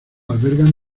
albergan